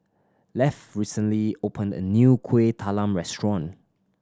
Lafe recently opened a new Kueh Talam restaurant